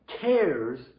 cares